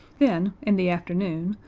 then, in the afternoon,